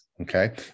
Okay